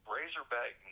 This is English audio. Razorback